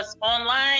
online